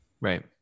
Right